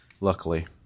Luckily